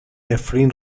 نفرین